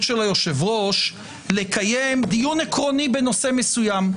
של היושב-ראש לקיים דיון עקרוני בנושא מסוים,